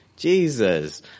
Jesus